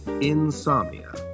Insomnia